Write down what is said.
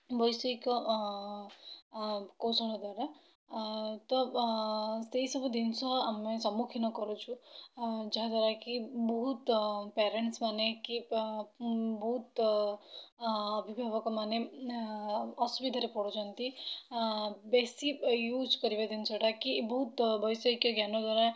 ବୈଷୟିକ କୌଶଳ ଦ୍ଵାରା ତ ସେଇସବୁ ଜିନିଷ ଆମେ ସମ୍ମୁଖୀନ କରୁଛୁ ଯାହାଦ୍ଵାରାକି ବହୁତ ପେରେଣ୍ଟସ୍ ମାନେ କି ବହୁତ ଅଭିଭାବକ ମାନେ ଅସୁବିଧାରେ ପଡ଼ୁଛନ୍ତି ବେଶୀ ୟୁଜ୍ କରିବା ଜିନିଷଟା କି ବହୁତ ବୈଷୟିକ ଜ୍ଞାନ ଦ୍ଵାରା